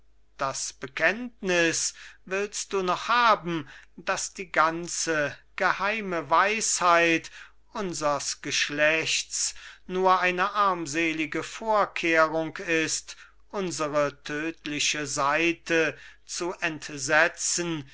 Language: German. das bekenntnis willst du noch haben daß die ganze geheime weisheit unsers geschlechts nur eine armselige vorkehrung ist unsere tödliche seite zu entsetzen